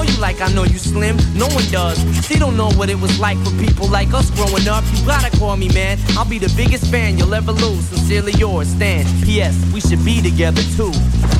you like I know you slim? No one does. They don't know what it was like for people like us growing up. You gotta call me, man. I'll be the biggest fan you'll ever lose. Sincerely yours, Stan. P.S. We should be together too.